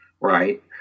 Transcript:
right